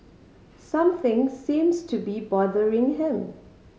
something seems to be bothering him